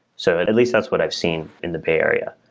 so at at least that's what i've seen in the bay area,